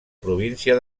província